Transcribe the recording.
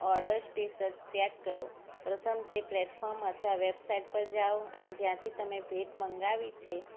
order status check કરો પ્રથમ તે પ્લેટફોર્મ અથવા વેબસાઈટ પર જાવ અને જ્યાંથી તમે ભેટ મંગાવી છે